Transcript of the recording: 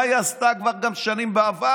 מה היא עשתה כבר גם בשנים עברו,